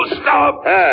stop